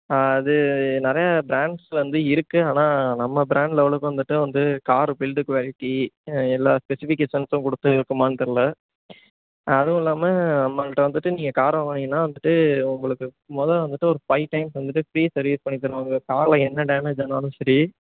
அது நிறைய பிராண்ட்ஸ்சில் வந்து இருக்குது ஆனால் நம்ம பிராண்ட் லெவலுக்கு வந்துட்டு வந்து காரு பில்டு குவாலிட்டி எல்லா ஸ்பெஸிஃபிகேஷன்ஸும் கொடுத்து இருக்குமான்னு தெரில அதுவும் இல்லாமல் நம்மகிட்ட வந்துட்டு நீங்கள் கார் வாங்குனிங்கன்னால் வந்துட்டு உங்களுக்கு முதல்ல வந்துட்டு ஒரு ஃபைவ் டைம்ஸ் வந்துட்டு ஃப்ரீ சர்வீஸ் பண்ணித் தருவாங்க காரில் என்ன டேமேஜ் ஆனாலும் சரி